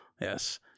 Yes